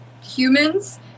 humans